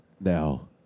Now